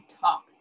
talk